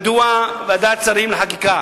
מדוע ועדת שרים לחקיקה